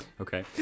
Okay